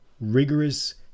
rigorous